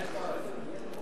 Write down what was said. אין צורך.